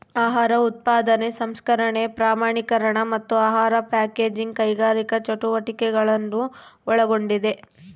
ಆಹಾರ ಉತ್ಪಾದನೆ ಸಂಸ್ಕರಣೆ ಪ್ರಮಾಣೀಕರಣ ಮತ್ತು ಆಹಾರ ಪ್ಯಾಕೇಜಿಂಗ್ ಕೈಗಾರಿಕಾ ಚಟುವಟಿಕೆಗಳನ್ನು ಒಳಗೊಂಡಿದೆ